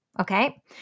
okay